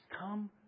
come